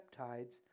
peptides